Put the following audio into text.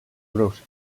grups